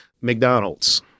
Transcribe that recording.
McDonald's